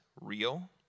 real